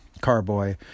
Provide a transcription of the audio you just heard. carboy